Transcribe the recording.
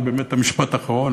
זה באמת המשפט האחרון,